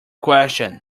question